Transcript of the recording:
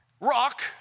Rock